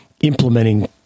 implementing